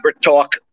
talk